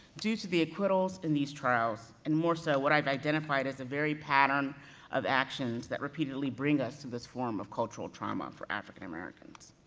due to the acquittals in these trials, and more so, what i've identified as a very pattern of actions that repeatedly bring us to this form of cultural trauma for african americans.